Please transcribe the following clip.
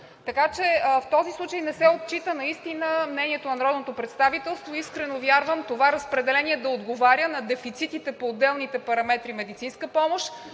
така че в този случай не се отчита наистина мнението на Народното представителство. Искрено вярвам това разпределение да отговаря на дефицитите по отделните параметри за медицинска помощ,